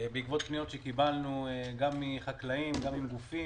בעקבות פניות שקיבלנו גם מחקלאים וגם מגופים